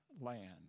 land